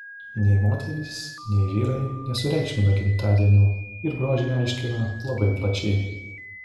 nei moterys nei vyrai nesureikšmina gimtadienių ir grožį aiškina labai plačiai